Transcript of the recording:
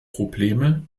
probleme